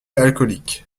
alcoolique